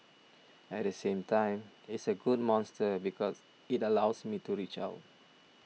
at the same time it's a good monster because it allows me to reach out